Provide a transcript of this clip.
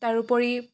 তাৰোপৰি